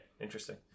interesting